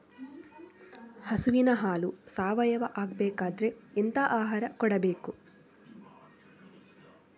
ಹಸುವಿನ ಹಾಲು ಸಾವಯಾವ ಆಗ್ಬೇಕಾದ್ರೆ ಎಂತ ಆಹಾರ ಕೊಡಬೇಕು?